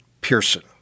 Pearson